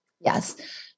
Yes